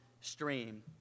stream